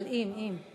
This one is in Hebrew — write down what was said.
אבל עם, עם.